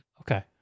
okay